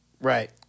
Right